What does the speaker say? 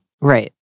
Right